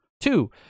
Two